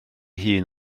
hun